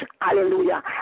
hallelujah